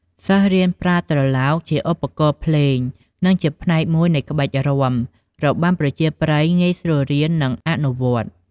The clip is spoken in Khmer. សិស្សរៀនប្រើត្រឡោកជាឧបករណ៍ភ្លេង និងជាផ្នែកមួយនៃក្បាច់រាំ របាំប្រជាប្រិយងាយស្រួលរៀន និងអនុវត្ត។